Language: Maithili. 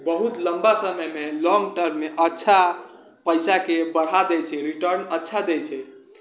बहुत लम्बा समयमे लॉन्ग टर्ममे अच्छा पइसाके बढ़ा दै छै रिटर्न अच्छा दै छै